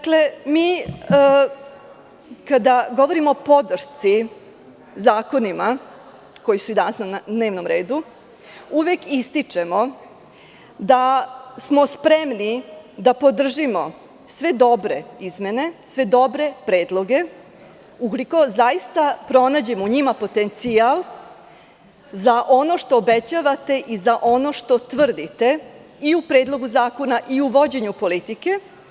Kada govorimo o podršci zakonima koji su danas na dnevnom redu, mi uvek ističemo da smo spremni da podržimo sve dobre izmene, sve dobre predloge, ukoliko zaista pronađemo u njima potencijal za ono što obećavate i za ono što tvrdite i u predlogu zakona i u vođenju politike.